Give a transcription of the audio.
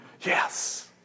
yes